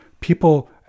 people